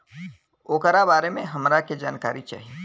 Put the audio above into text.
ओकरा बारे मे हमरा के जानकारी चाही?